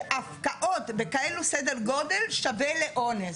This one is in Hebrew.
שהפקעות בכזה סדר גודל שווה לאונס,